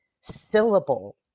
syllable